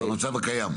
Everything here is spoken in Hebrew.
במצב הקיים.